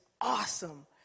awesome